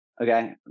okay